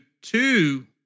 two